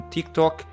TikTok